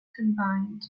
combined